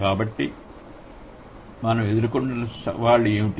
కాబట్టి మనంఎదుర్కొంటున్న సవాళ్లు ఏమిటి